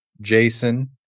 Jason